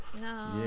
No